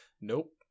Nope